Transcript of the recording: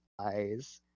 eyes